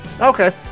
Okay